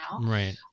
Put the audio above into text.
Right